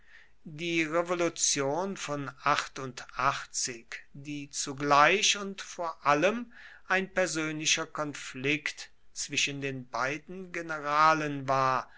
die revolution von die zugleich und vor allem ein persönlicher konflikt zwischen den beiden generalen war